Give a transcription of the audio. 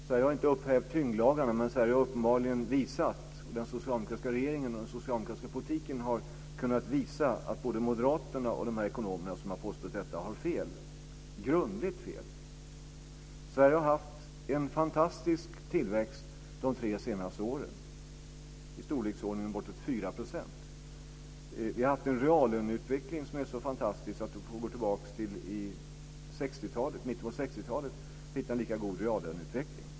Sverige har inte upphävt tyngdlagarna, men Sverige och den socialdemokratiska regeringen och politiken har kunnat visa att både moderaterna och de ekonomer som har påstått detta har fel, grundligt fel. Sverige har haft en fantastisk tillväxt de tre senaste åren, i storleksordningen bortåt 4 %. Vi har haft en reallöneutveckling som är så fantastisk att man får gå tillbaka till mitten på 60-talet för att hitta en lika god reallöneutveckling.